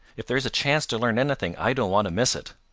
if there is a chance to learn anything i don't want to miss it.